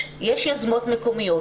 יש יוזמות מקומיות.